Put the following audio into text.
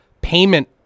payment